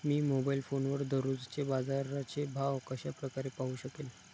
मी mobile फोनवर दररोजचे बाजाराचे भाव कशा प्रकारे पाहू शकेल?